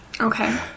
Okay